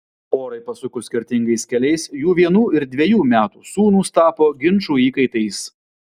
porai pasukus skirtingais keliais jų vienų ir dvejų metų sūnūs tapo ginčų įkaitais